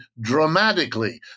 dramatically